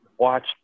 watch